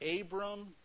Abram